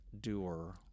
doer